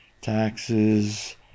taxes